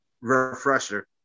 refresher